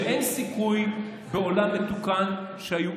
שאין סיכוי שהיו עוברות בעולם מתוקן.